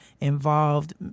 involved